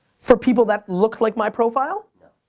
for people that looked like my profile? no.